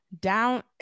down